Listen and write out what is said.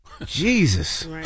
Jesus